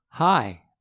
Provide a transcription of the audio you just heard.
Hi